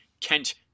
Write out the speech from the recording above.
Kent